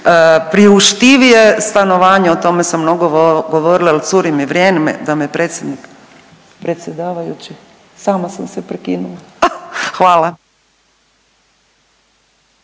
priuštivije stanovanje, o tome sam mnogo govorila jel curi mi vrijeme da me predsjednik, predsjedavajući, sama sam se prekinula, hvala.